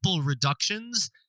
reductions